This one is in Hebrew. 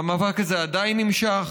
והמאבק הזה עדיין נמשך,